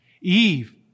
Eve